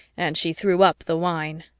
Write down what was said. and she threw up the wine.